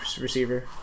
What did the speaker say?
receiver